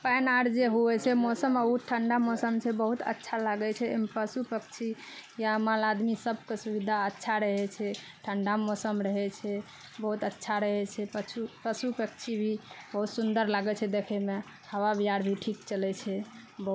पानि आर जे हुअइ छै मौसम बहुत ठण्डा मौसम छै बहुत अच्छा लागय छै अइमे पशु पक्षी या माल आदमी सबके सुविधा अच्छा रहय छै ठण्डा मौसम रहय छै बहुत अच्छा रहय छै पशु पशु पक्षी भी बहुत सुन्दर लागय छै देखयमे हवा बिहार भी ठीक चलय छै